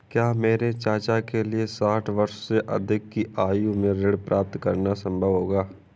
क्या मेरे चाचा के लिए साठ वर्ष से अधिक की आयु में ऋण प्राप्त करना संभव होगा?